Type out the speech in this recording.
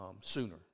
sooner